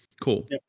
cool